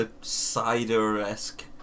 cider-esque